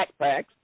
backpacks